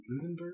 Ludenberg